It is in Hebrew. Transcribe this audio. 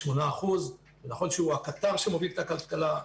8%. נכון שהוא הקטר שמוביל את הכלכלה,